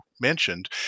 mentioned